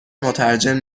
مترجم